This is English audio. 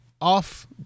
off